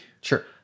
Sure